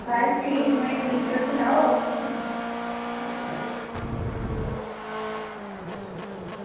बस ठीक में ठीक तुस सनाओ